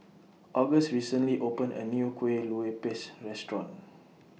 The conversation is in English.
August recently opened A New Kue Lupis Restaurant